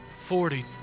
Forty